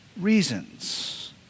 reasons